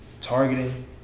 Targeting